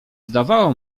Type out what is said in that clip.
zdawało